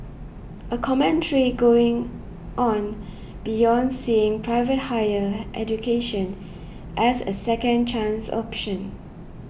a commentary going on beyond seeing private higher education as a second chance option